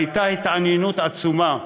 הייתה התעניינות עצומה,